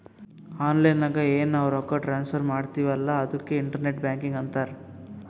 online ನಾಗ್ ಎನ್ ನಾವ್ ರೊಕ್ಕಾ ಟ್ರಾನ್ಸಫರ್ ಮಾಡ್ತಿವಿ ಅಲ್ಲಾ ಅದುಕ್ಕೆ ಇಂಟರ್ನೆಟ್ ಬ್ಯಾಂಕಿಂಗ್ ಅಂತಾರ್